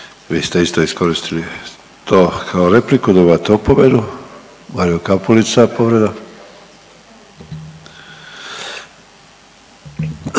Vi ste isto iskoristili to kao repliku. Dobivate opomenu. Mario Kapulica povreda.